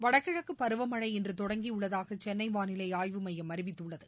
வடகிழக்கு பருவமனழ இன்று தொடங்கியுள்ளதாக சென்னை வாளிலை ஆய்வு மையம் அறிவித்துள்ளது